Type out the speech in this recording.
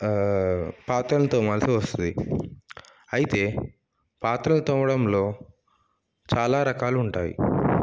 పాత్రలు తోమాల్సి వస్తుంది అయితే పాత్రలను తోమడంలో చాలా రకాలు ఉంటాయి